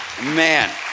Man